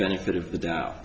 benefit of the doubt